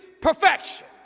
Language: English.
perfection